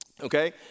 okay